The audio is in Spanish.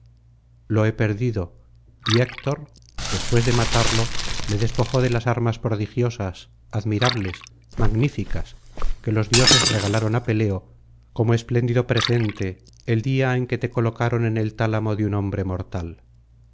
lo he perdido y héctor después de matarlo le despojó de las armas prodigiosas admirables magníficas que los dioses regalaron á peleo como espléndido presente el día en que te colocaron en el tálamo de un hombre mortal